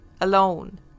alone